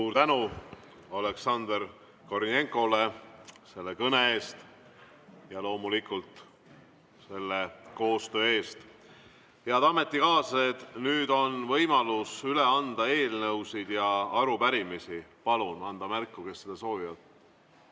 Suur tänu Oleksandr Kornijenkole selle kõne eest ja loomulikult koostöö eest! Head ametikaaslased! Nüüd on võimalus üle anda eelnõusid ja arupärimisi. Palun anda märku, kes seda soovivad.